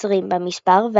עשרים במספר,